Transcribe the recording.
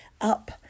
up